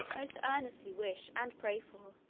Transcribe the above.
most earnestly wish and pray for.